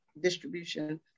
distribution